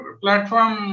platform